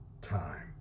time